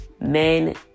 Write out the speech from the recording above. men